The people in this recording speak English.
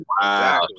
wow